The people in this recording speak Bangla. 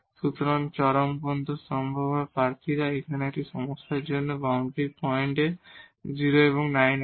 সুতরাং এই এক্সট্রিমা সম্ভাব্য ক্যান্ডিডেডরা এখন এই সমস্যার জন্য আমাদের বাউন্ডারি পয়েন্ট 0 এবং 9 আছে